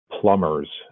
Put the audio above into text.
plumbers